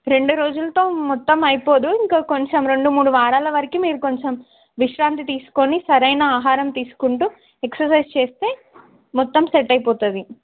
రెండు రోజులతో మొత్తం అయిపోదు ఇంకా కొంచెం రెండు మూడు వారాల వరకు మీరు కొంచెం విశ్రాంతి తీసుకుని సరైన ఆహారం తీసుకుంటూ ఎక్ససైజ్ చేస్తే మొత్తం సెట్ అయిపోతుంది